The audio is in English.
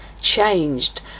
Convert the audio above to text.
changed